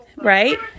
Right